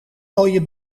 mooie